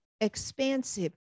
expansive